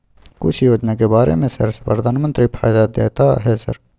कुछ योजना के बारे में सर प्रधानमंत्री फायदा देता है सर?